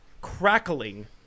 crackling